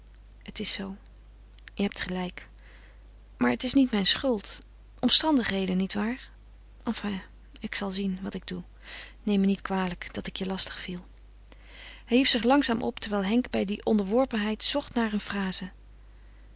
het is zoo je hebt gelijk maar het is niet mijn schuld omstandigheden nietwaar enfin ik zal zien wat ik doe neem me niet kwalijk dat ik je lastig viel hij hief zich langzaam op terwijl henk bij die onderworpenheid zocht naar een fraze